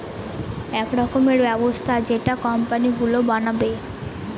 এক রকমের ব্যবস্থা যেটা কোম্পানি গুলো বানাবে